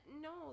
no